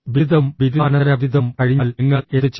ബിരുദവും ബിരുദാനന്തര ബിരുദവും കഴിഞ്ഞാൽ നിങ്ങൾ എന്തുചെയ്യും